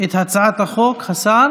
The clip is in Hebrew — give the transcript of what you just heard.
את הצעת החוק השרה